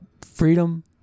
freedom